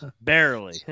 Barely